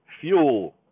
fuel